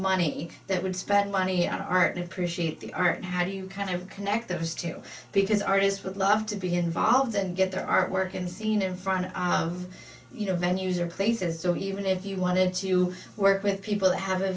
money that would spend money on art and appreciate the art how do you kind of connect those two because artists would love to be involved and get their artwork and seen in front of you know venues are places so even if you wanted to work with people that have